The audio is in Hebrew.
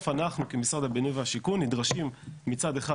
אנחנו כמשרד הבינוי והשיכון נדרשים מצד אחד,